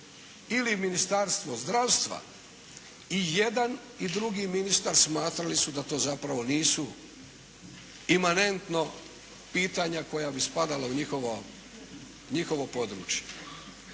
ili Ministarstvo zdravstva, i jedan i drugi ministar smatrali su da to zapravo nisu imanentno pitanja koja bi spadala u njihovo područje.